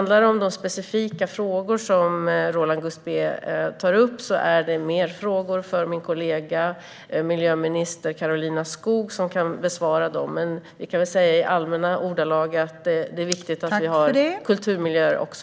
De specifika frågor som Roland Gustbée tar upp kan min kollega miljöminister Karolina Skog besvara bättre, men i allmänna ordalag kan jag säga att det är viktigt att vi har kulturmiljöer också.